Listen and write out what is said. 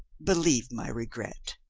be lieve my regret.